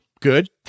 good